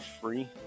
free